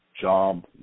Job